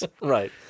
Right